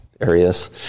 areas